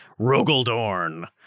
Rogaldorn